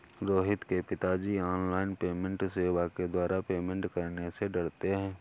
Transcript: रोहित के पिताजी online payment सेवा के द्वारा पेमेंट करने से डरते हैं